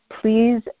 please